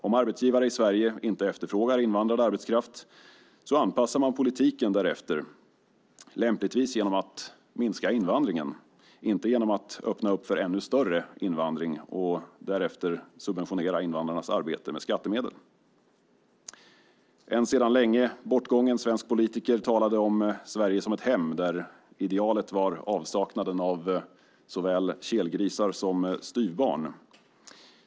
Om arbetsgivare i Sverige inte efterfrågar invandrad arbetskraft anpassar man politiken därefter, lämpligen genom att minska invandringen, inte genom att öppna upp för ännu större invandring och därefter subventionera invandrarnas arbete med skattemedel. En sedan länge bortgången svensk politiker talade om Sverige som ett hem där idealet var avsaknaden av såväl kelgrisar som styvbarn.